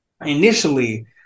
initially